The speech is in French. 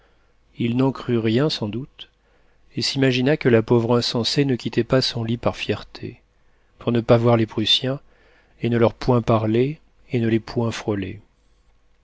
il n'en crut rien sans doute et s'imagina que la pauvre insensée ne quittait pas son lit par fierté pour ne pas voir les prussiens et ne leur point parler et ne les point frôler